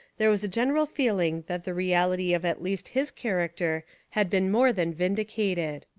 there was a general feeling that the reality of at least his character had been more than vindicated.